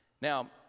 Now